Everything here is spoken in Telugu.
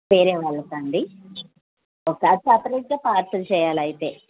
వేరే వాళ్ళకా అండి ఓకే అది సపరేట్గా పార్సిల్ చేయాలి అయితే